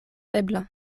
ebla